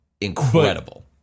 incredible